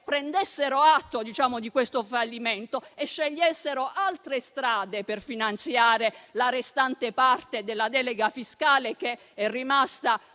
prendessero atto di questo fallimento e scegliessero altre strade per finanziare la restante parte della delega fiscale che è rimasta